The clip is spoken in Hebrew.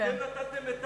אתם נתתם את